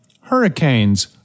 Hurricanes